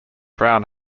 brown